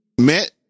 met